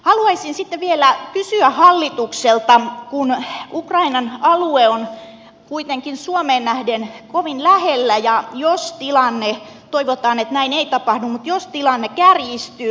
haluaisin sitten vielä kysyä hallitukselta kun ukrainan alue on kuitenkin suomeen nähden kovin lähellä ja jos tilanne toivotaan että näin ei tapahdu kärjistyy